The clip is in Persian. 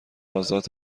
آزاد